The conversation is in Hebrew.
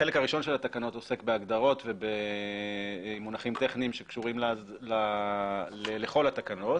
החלק הראשון של התקנות עוסק בהגדרות ובמונחים טכניים שקשורים לכל התקנות